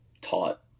taught